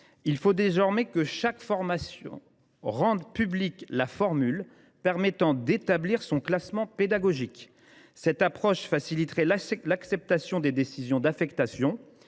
les responsables de chaque formation rendent publique la formule permettant d’établir leur classement pédagogique. Cette approche faciliterait l’acceptation des décisions d’affectation